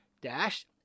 Dash